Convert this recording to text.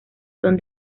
son